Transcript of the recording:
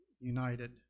united